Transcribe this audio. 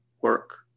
work